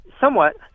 somewhat